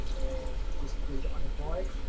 and just because you're unemployed,